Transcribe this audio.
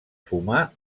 fumar